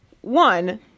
One